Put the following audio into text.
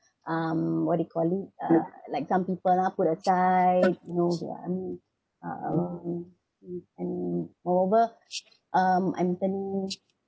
um what do you call it uh like some people now put aside you know ya um mm moreover um I'm turning